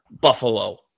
Buffalo